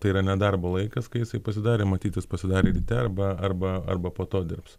tai yra nedarbo laikas kai jisai pasidarė matyt jis pasidarė ryte arba arba arba po to dirbs